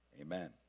amen